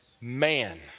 Man